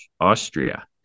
Austria